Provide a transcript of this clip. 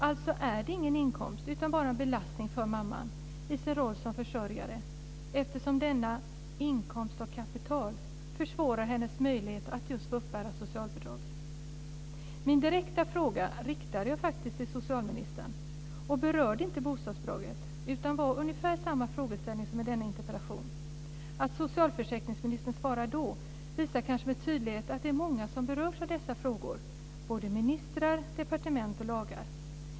Det är alltså ingen inkomst utan bara en belastning för mamman i hennes roll som försörjare, eftersom denna inkomst av kapital försvårar hennes möjligheter att få uppbära socialbidrag. Min direkta fråga riktade jag faktiskt till socialministern. Jag berörde inte bostadsbidraget, utan det var ungefär samma frågeställning som i denna interpellation. Att socialförsäkringsministern svarade då visade med tydlighet att det är många som berörs av dessa frågor - både ministrar, departement och lagar.